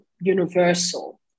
universal